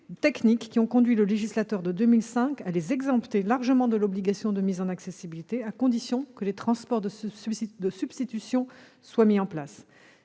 qui ont conduit le législateur de 2005 à les exempter largement de l'obligation de mise en accessibilité, à condition que des transports de substitution soient mis en place.